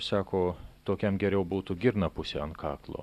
sako tokiam geriau būtų girnapusė ant kaklo